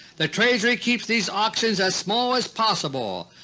the treasury keeps these auctions as small as possible,